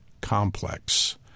complex